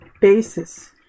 basis